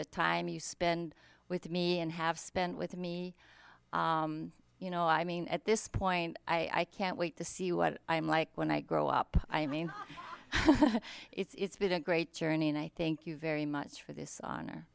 the time you spend with me and have spent with me you know i mean at this point i can't wait to see what i'm like when i grow up i mean it's been a great journey and i think you very much for this honor